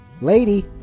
lady